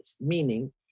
meaning